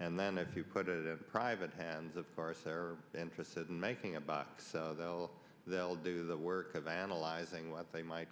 and then if you put it in private hands of course they're interested in making a buck so they'll do the work of analyzing what they might